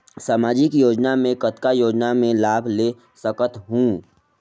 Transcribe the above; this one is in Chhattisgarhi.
समाजिक योजना मे कतना योजना मे लाभ ले सकत हूं?